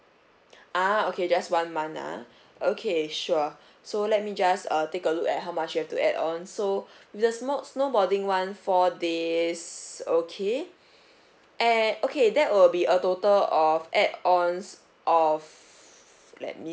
ah okay just one month ah okay sure so let me just uh take a look at how much you have to add on so the snow~ snowboarding [one] four days okay eh okay that will be a total of add ons of let me